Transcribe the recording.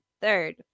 third